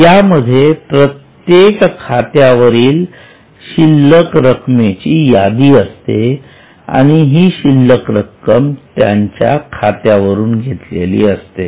यामध्ये प्रत्येक खात्यावरील शिल्लक रकमेची यादी असते आणि ही शिल्लक रक्कम त्यांच्या खात्यावरून घेतलेली असते